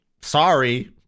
Sorry